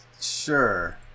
Sure